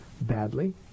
badly